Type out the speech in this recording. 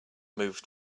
moved